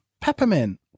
Peppermint